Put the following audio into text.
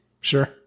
Sure